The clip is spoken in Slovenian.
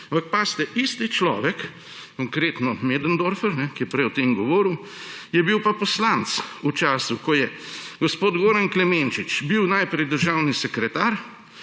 Ampak pazite, isti človek, konkretno Möderndorfer, ki je prej o tem govoril, je bil pa poslanec v času, ko je bil gospod Goran Klemenčič najprej državni sekretar,